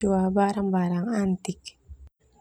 Barang-barang antik.